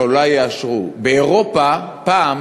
אבל אולי יאשרו: באירופה פעם